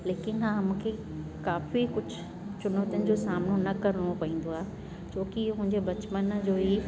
लेकिन हा मूंखे काफ़ी कुझु चुनौतुनि जो सामनो न करिणो पवंदो आहे छोकी मुंहिंजे बचपन जो ई